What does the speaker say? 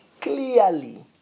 clearly